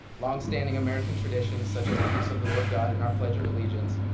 long-standing american traditions, such as the use of the word god in our pledge of allegiance,